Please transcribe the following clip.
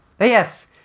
Yes